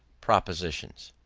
propositions.